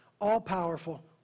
all-powerful